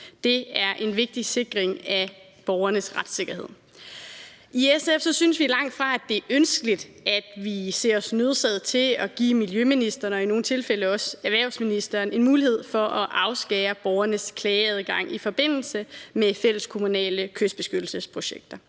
Det er en vigtig sikring af borgernes retssikkerhed. I SF synes vi langtfra, det er ønskeligt, at vi ser os nødsaget til at give miljøministeren og i nogle tilfælde også erhvervsministeren en mulighed for at afskære borgernes klageadgang i forbindelse med fælleskommunale kystbeskyttelsesprojekter.